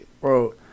Bro